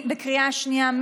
בקריאה שנייה.